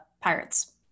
pirates